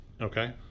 Okay